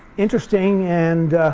interesting and